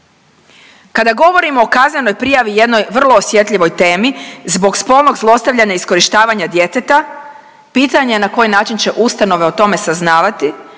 Kada govorimo o kaznenoj prijavi jednoj vrlo osjetljivoj temi zbog spolnog zlostavljanja i iskorištavanja djeteta pitanje je na koji način će ustanove o tome saznavati,